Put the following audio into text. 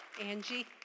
Angie